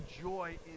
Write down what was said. joy